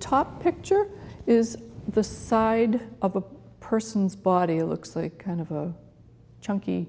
top picture is the side of a person's body looks like kind of a chunky